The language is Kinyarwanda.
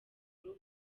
rugo